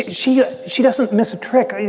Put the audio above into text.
she she doesn't miss a trick.